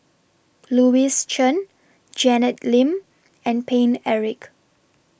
Louis Chen Janet Lim and Paine Eric